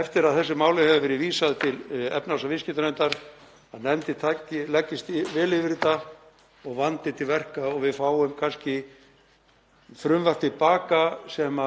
eftir að þessu máli hefur verið vísað til efnahags- og viðskiptanefndar, að nefndin leggist vel yfir þetta og vandi til verka og við fáum kannski frumvarp til baka sem